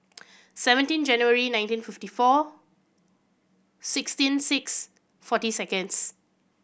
seventeen January nineteen fifty four sixteen six forty seconds